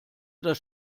das